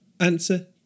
Answer